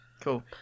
Cool